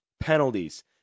penalties